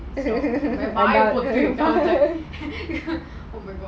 வாய மூட பாத்தான்:vaaya mooda paathan